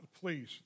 please